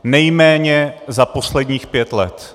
Nejméně za posledních pět let.